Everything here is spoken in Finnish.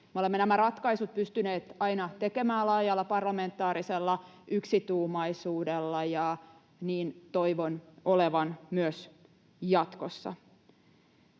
olemme nämä ratkaisut pystyneet aina tekemään laajalla parlamentaarisella yksituumaisuudella, ja niin toivon olevan myös jatkossa,